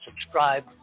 subscribe